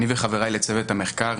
אני וחבריי לצוות המחקר,